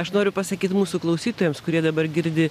aš noriu pasakyti mūsų klausytojams kurie dabar girdi